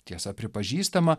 tiesa pripažįstama